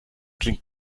klingt